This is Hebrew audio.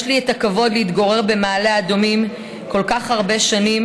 יש לי הכבוד להתגורר במעלה אדומים כל כך הרבה שנים.